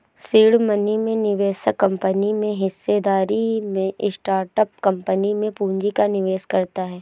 seed money में निवेशक company में हिस्सेदारी में स्टार्टअप कंपनी में पूंजी का निवेश करता है